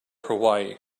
hawaii